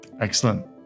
Excellent